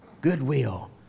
goodwill